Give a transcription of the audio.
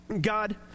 God